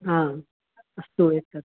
हा अस्तु एतत्